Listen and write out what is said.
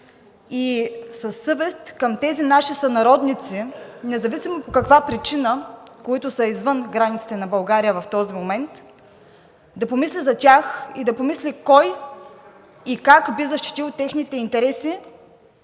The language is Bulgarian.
и със съвест към тези наши сънародници, независимо по каква причина, които са извън границите на България в този момент, да помисли за тях, да помисли кой и как би защитил техните интереси